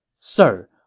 Sir